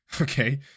okay